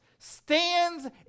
stands